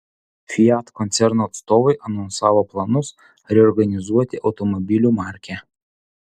fiat koncerno atstovai anonsavo planus reorganizuoti automobilių markę